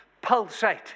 pulsate